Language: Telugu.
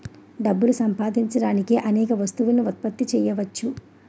డబ్బులు సంపాదించడానికి అనేక వస్తువులను ఉత్పత్తి చేయవచ్చు